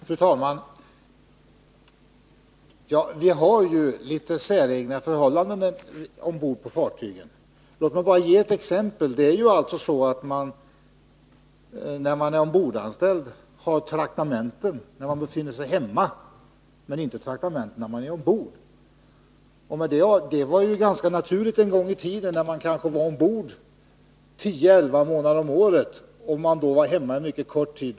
Fru talman! Vi har ju litet säregna förhållanden ombord på fartygen. Låt mig bara ge ett exempel på detta. De ombordanställda har traktamenten när de befinner sig hemma men inte när de är ombord. Detta var ganska naturligt en gång i tiden, när sjömän var ombord på fartyg under kanske tio elva månader om året och var hemma i hamn bara en mycket kort tid.